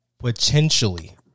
Potentially